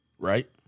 Right